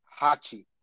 Hachi